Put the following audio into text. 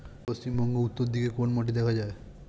পশ্চিমবঙ্গ উত্তর দিকে কোন মাটি দেখা যায়?